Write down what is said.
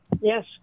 Yes